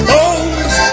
Bones